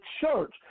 church